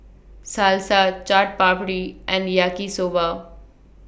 Salsa Chaat Papri and Yaki Soba